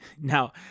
Now